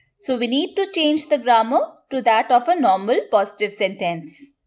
so we need to change the grammar to that of a normal positive sentence.